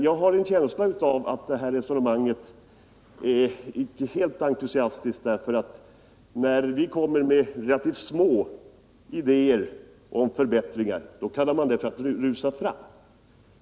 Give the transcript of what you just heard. Jag har dock en känsla av att resonemanget inte är helt entusiastiskt, eftersom man, när vi kommer med idéer om förbättringar som det är relativt enkelt att genomföra, kallar det för att rusa fram.